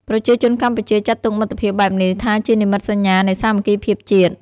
ប្រជាជនកម្ពុជាចាត់ទុកមិត្តភាពបែបនេះថាជានិមិត្តសញ្ញានៃសាមគ្គីភាពជាតិ។